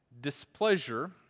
displeasure